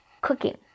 Cooking